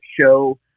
show